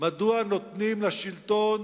מדוע נותנים לשלטון